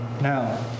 Now